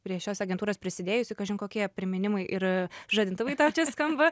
prie šios agentūros prisidėjusi kažin kokie priminimai ir žadintuvai tau čia skamba